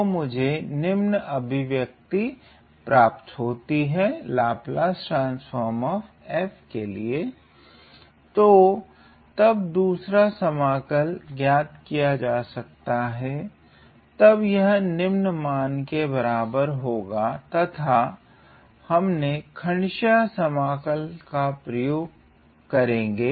तो मुझे निम्न अभिव्यक्ति प्राप्त होती हैं तो तब दूसरा समाकल ज्ञात किया जा सकता है तब यह निम्न मान के बराबर होगा तथा हमने खण्डशह समाकल का प्रयोग करेगे